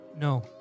No